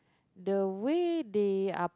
the way they are